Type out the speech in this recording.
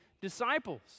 disciples